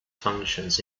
functions